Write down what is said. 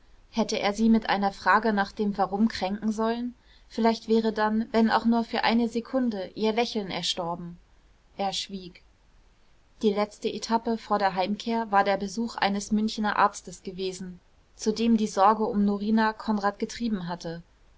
hätte er sie mit einer frage nach dem warum kränken sollen vielleicht wäre dann wenn auch nur für eine sekunde ihr lächeln erstorben er schwieg die letzte etappe vor der heimkehr war der besuch eines münchener arztes gewesen zu dem die sorge um norina konrad getrieben hatte